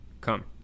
Come